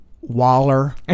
Waller